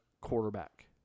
quarterback